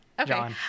Okay